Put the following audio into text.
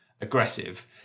aggressive